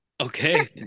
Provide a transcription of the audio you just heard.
Okay